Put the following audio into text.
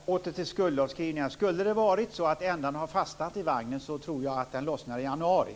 Fru talman! Åter till skuldavskrivningar. Skulle det vara så att ändan har fastnat i vagnen så tror jag att den lossnar i januari.